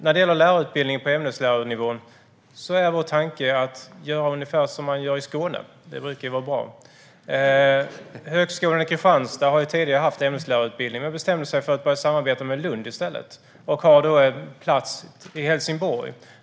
När det gäller lärarutbildningen på ämneslärarnivån är vår tanke att göra ungefär som man gör i Skåne. Det brukar ju vara bra. Högskolan i Kristianstad har tidigare haft ämneslärarutbildning men bestämde sig för att börja samarbeta med Lund i stället och har därför en plats i Helsingborg.